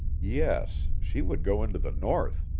yes, she would go into the north.